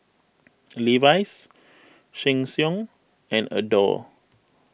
Levi's Sheng Siong and Adore